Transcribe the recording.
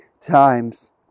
times